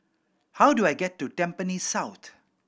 how do I get to Tampines South